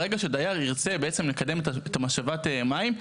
ברגע שדייר ירצה לקדם את משאבת המים,